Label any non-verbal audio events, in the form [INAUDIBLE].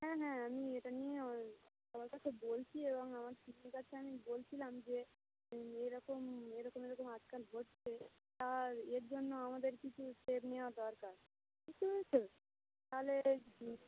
হ্যাঁ হ্যাঁ আমি এটা নিয়ে অ সবার কাছে বলছি এবং আমার শিক্ষিকাকে আমি বলছিলাম যে এই এরকম এরকম এরকম আজকাল হচ্ছে আর এর জন্য আমাদের কিছু স্টেপ নেওয়া দরকার বুঝতে পেরেছো তাহলে [UNINTELLIGIBLE]